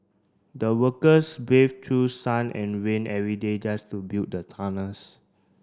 the workers braved through sun and rain every day just to build the tunnels